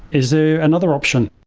is there another option?